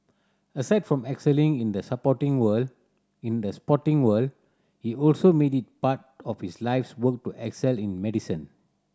aside from excelling in the supporting world in the sporting world he also made it part of his life's work to excel in medicine